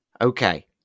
Okay